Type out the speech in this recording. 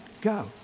go